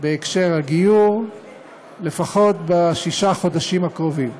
בהקשר של הגיור לפחות בששת החודשים הקרובים.